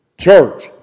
church